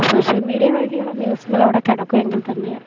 social media വഴിയുള്ള ന്യൂസുകൾ അവിടെ കിടക്കുമെങ്കിൽ തന്നെ